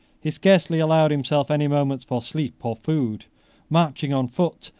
he scarcely allowed himself any moments for sleep or food marching on foot,